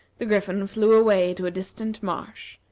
the griffin flew away to a distant marsh,